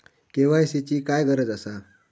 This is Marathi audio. के.वाय.सी ची काय गरज आसा?